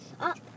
up